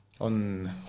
on